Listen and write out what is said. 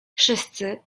wszyscy